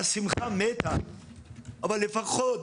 השמחה מתה אבל לפחות